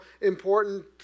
important